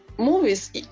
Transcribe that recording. movies